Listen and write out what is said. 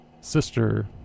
sister